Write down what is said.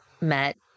met